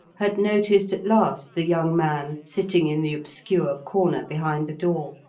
had noticed at last the young man sitting in the obscure corner behind the door